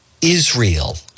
Israel